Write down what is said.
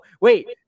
wait